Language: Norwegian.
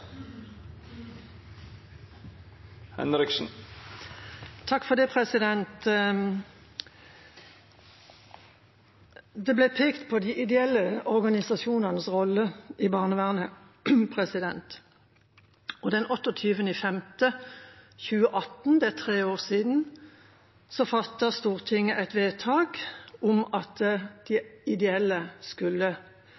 Det ble pekt på de ideelle organisasjonenes rolle i barnevernet, og den 28. mai 2018, for tre år siden, fattet Stortinget et vedtak om at de